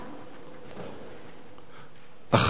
אחריו, חבר הכנסת דב חנין.